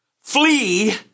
flee